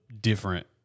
different